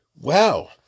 wow